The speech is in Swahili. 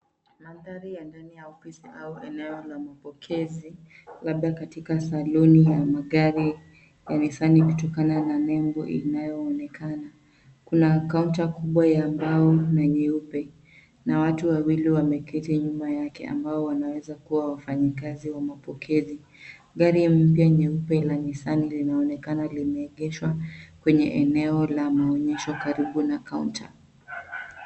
Mandhari ya ndani ya ofisi au eneo la mapokezi labda katika saloni ya magari ya Nissan kutokana na nebo inayoonekana. Kuna kaunta kubwa ya mbao na nyeupe na watu wawili wameketi nyuma yake ambao wanaweza kuwa wafanyikazi wa mapokezi. Gari mpya nyeupe la Nissan linaonekana limeegeshwa kwenye eneo la maonyesho karibu na kaunta.